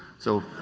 so